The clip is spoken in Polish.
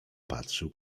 patrzył